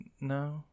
no